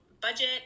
budget